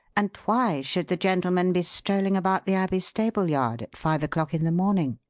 and why should the gentleman be strolling about the abbey stable-yard at five o'clock in the morning?